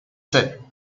said